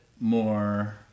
more